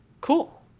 cool